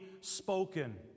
spoken